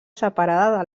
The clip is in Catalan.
separada